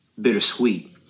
bittersweet